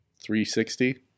360